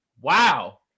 Wow